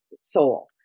soul